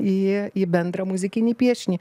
į į bendrą muzikinį piešinį